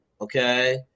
okay